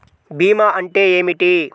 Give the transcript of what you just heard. భీమా అంటే ఏమిటి?